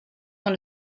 dans